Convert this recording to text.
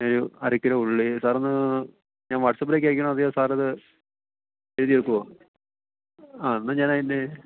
ഒരു അരക്കിലോ ഉള്ളി സാറൊന്ന് ഞാന് വാട്സാപ്പിലേക്കയക്കണോ അതോ സാറിത് എഴുതി എടുക്കുമോ ആ എന്നാല് ഞാനതിന്റെ